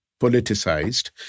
politicized